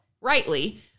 rightly